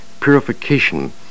purification